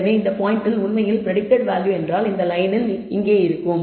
எனவே இந்த பாயிண்டில் உண்மையில் பிரடிக்டட் வேல்யூ என்றால் இந்த லயனில் இங்கே இருக்கும்